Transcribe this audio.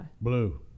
Blue